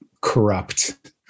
corrupt